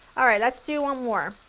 alright, let's do one more.